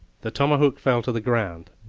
the tomahawk fell to the ground,